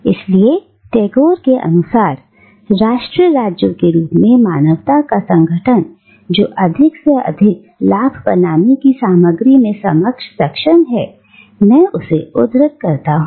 इसलिए टैगोर के अनुसार राष्ट्र राज्यों के रूपों में मानवता का संगठन जो अधिक से अधिक लाभ बनाने की सामग्री में सक्षम है मैं उसे उद्धृत करता हूं